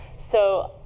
so